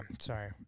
sorry